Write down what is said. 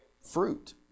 fruit